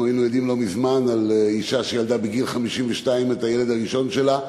אנחנו היינו עדים לא מזמן לאישה שילדה בגיל 52 את הילד הראשון שלה,